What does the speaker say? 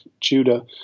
Judah